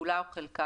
כולה או חלקה,